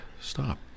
Stop